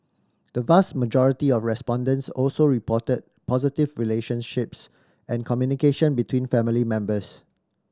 the vast majority of respondents also reported positive relationships and communication between family members